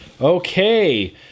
Okay